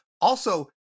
Also-